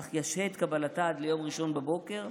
אך ישהה את קבלתה עד ליום ראשון בבוקר?